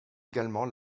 également